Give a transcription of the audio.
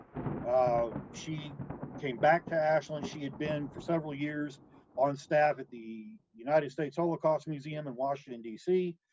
ah, she came back to ashland. she had been for several years on staff at the united states holocaust museum in washington d c,